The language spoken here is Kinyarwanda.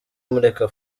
mureka